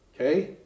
okay